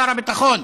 שר הביטחון,